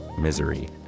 misery